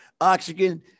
oxygen